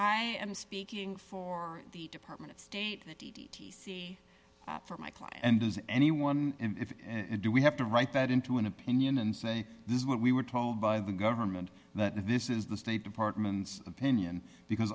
i am speaking for the department of state d t c for my client and does anyone and do we have to write that into an opinion and say this is what we were told by the government that this is the state department's opinion because